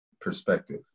perspective